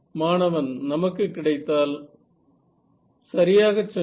மாணவன் நமக்கு கிடைத்தால் சரியாகச் சொன்னீர்கள்